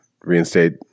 reinstate